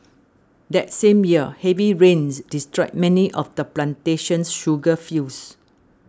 that same year heavy rains destroyed many of the plantation's sugar fields